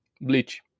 Bleach